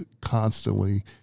constantly